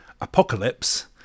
Apocalypse